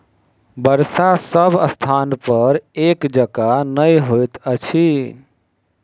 वर्षा सभ स्थानपर एक जकाँ नहि होइत अछि